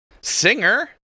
singer